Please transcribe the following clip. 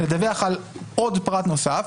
על עוד פרט נוסף,